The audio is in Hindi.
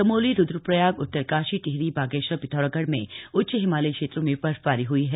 चमोली रुद्रप्रयाग उत्तरकाशी टिहरी बागेश्वर पिथौरागढ़ में उच्च हिमालयी क्षेत्रों मे बर्फबारी हुई है